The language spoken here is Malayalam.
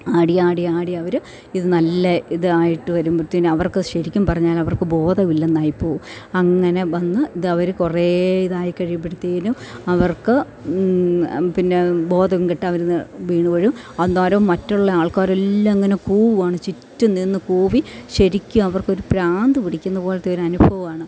ആടി ആടി ആടിയവര് ഇത് നല്ല ഇതായിട്ട് വരുമ്പത്തേനും അവർക്ക് ശെരിക്കും പറഞ്ഞാൽ അവർക്ക് ബോധമില്ലെന്നായി പോകും അങ്ങനെ വന്ന് ഇതവര് കുറെ ഇതായി കഴിയുമ്പഴത്തേനും അവർക്ക് പിന്നെ ബോധംകെട്ട് അവര് വീണു പോകും അന്നേരം മറ്റുള്ള ആൾക്കാരെല്ലാം ഇങ്ങനെ കൂടുകയാണ് ചുറ്റും നിന്ന് കൂവി ശെരിക്കും അവർക്കൊരു ഭ്രാന്ത് പിടിക്കുന്ന പോലത്തൊരു അനുഭവാണ്